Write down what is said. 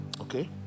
okay